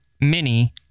mini